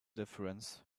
difference